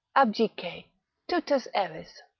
abjice, tutus eris.